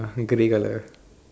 grey colour